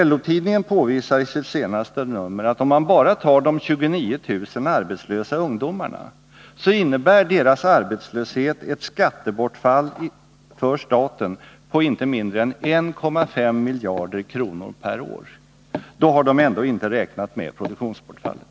LO-tidningen påvisar i sitt senaste nummer att om man tar enbart de 29 000 arbetslösa ungdomarna innebär deras arbetslöshet ett skattebortfall för staten på inte mindre än 1,5 miljarder kronor per år. Då har man ändå inte räknat med produktionsbortfallet!